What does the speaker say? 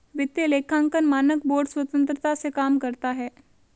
वित्तीय लेखांकन मानक बोर्ड स्वतंत्रता से काम करता है